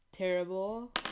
terrible